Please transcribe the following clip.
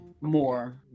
more